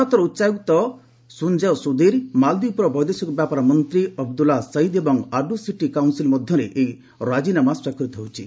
ଭାରତାର ଉଚ୍ଚାୟୁତ ସୁଞ୍ଜୟ ସୁଧୀର ମାଲଦୀପର ବୈଦେଶିକ ବ୍ୟାପାରମନ୍ତ୍ରୀ ଅବଦୁଲା ଶହୀଦ ଏବଂ ଆଡ଼ୁ ସିଟି କାଉନସିଲ ମଧ୍ୟରେ ଏହି ରାଜିନାମା ସ୍ୱାକ୍ଷରିତ ହୋଇଛି